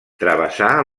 travessa